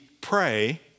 pray